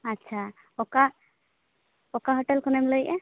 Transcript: ᱟᱪᱪᱷᱟ ᱚᱠᱟ ᱚᱠᱟ ᱦᱳᱴᱮᱞ ᱠᱷᱚᱱᱮᱢ ᱞᱟᱹᱭᱮᱫᱼᱟ